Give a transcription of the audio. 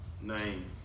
name